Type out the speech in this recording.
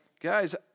Guys